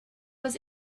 was